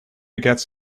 gets